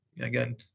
again